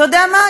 אתה יודע מה?